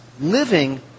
living